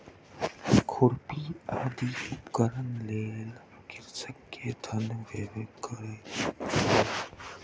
खुरपी आदि उपकरणक लेल कृषक के धन व्यय करअ पड़लै